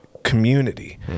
community